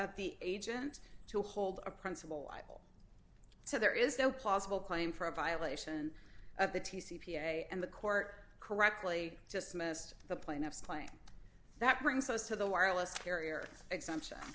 of the agent to hold a principal so there is no plausible claim for a violation of the t c p a and the court correctly just missed the plaintiff's claim that brings us to the wireless carrier exemption